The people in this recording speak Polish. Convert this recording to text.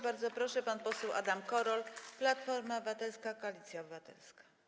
Bardzo proszę, pan poseł Adam Korol, Platforma Obywatelska - Koalicja Obywatelska.